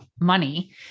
money